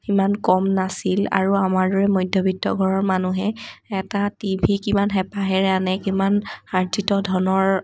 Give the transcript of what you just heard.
সিমান কম নাছিল আৰু আমাৰ দৰে মধ্য়বিত্ত ঘৰৰ মানুহে এটা টিভি কিমান হেঁপাহেৰে আনে কিমান আৰ্জিত ধনৰ